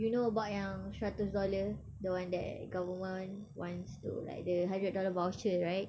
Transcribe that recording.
you know about yang seratus dollar the one that government wants to like the hundred dollar voucher right